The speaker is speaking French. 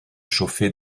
chauffer